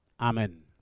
Amen